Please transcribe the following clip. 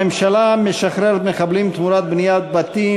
הממשלה משחררת מחבלים תמורת בניית בתים,